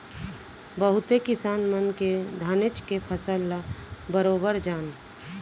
बहुते किसान मन के धानेच के फसल ल बरोबर जान